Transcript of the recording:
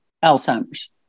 Alzheimer's